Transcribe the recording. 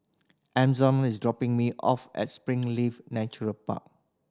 is dropping me off at Springleaf Natural Park